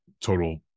total